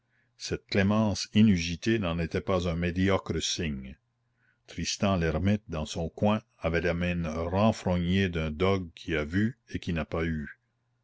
cette clémence inusitée n'en était pas un médiocre signe tristan l'hermite dans son coin avait la mine renfrognée d'un dogue qui a vu et qui n'a pas eu